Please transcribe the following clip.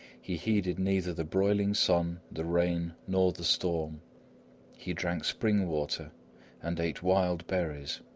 he heeded neither the broiling sun, the rain nor the storm he drank spring water and ate wild berries,